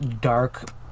dark